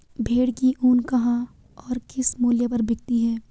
भेड़ की ऊन कहाँ और किस मूल्य पर बिकती है?